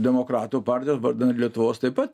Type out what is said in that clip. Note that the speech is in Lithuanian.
demokratų partijos vardan lietuvos taip pat